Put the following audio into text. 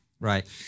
right